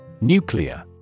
Nuclear